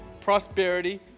prosperity